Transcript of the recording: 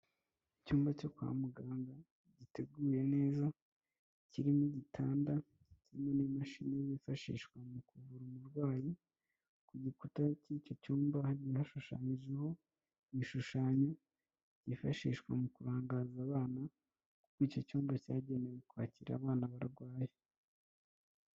Icyumba cyo kwa muganga giteguye neza kirimo igitanda kirimo n'imashini yifashishwa mu kuvura umurwayi, ku gikuta cy'iki cyumba hakaba hashushanyijeho ibishushanyo byifashishwa mu kurangaza abana kuko icyo cyumba cyagenewe kwakira abana barwaye.